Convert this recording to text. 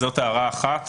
זאת הערה אחת